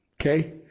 Okay